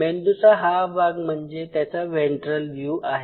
मेंदूचा हा भाग म्हणजे त्याचा वेन्ट्रल व्यू आहे